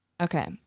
Okay